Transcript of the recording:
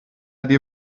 die